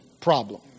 problem